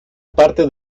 parte